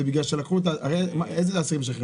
הרי איזה אסירים שחררו?